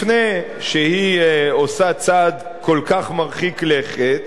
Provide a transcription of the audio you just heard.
לפני שהיא עושה צעד כל כך מרחיק לכת,